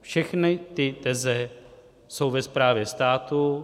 Všechny ty teze jsou ve správě státu...